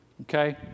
Okay